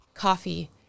Coffee